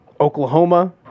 Oklahoma